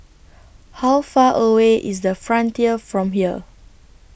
How Far away IS The Frontier from here